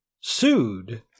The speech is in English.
sued